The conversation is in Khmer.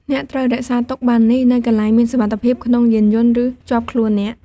អ្នកត្រូវរក្សាទុកប័ណ្ណនេះនៅកន្លែងមានសុវត្ថិភាពក្នុងយានយន្ត ឬជាប់ខ្លួនអ្នក។